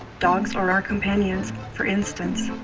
dogs are our companions, for instance.